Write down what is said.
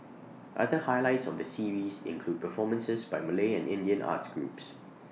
other highlights of the series include performances by Malay and Indian arts groups